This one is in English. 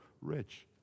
rich